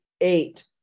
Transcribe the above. Eight